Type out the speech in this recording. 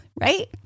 right